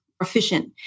efficient